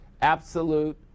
absolute